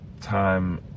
time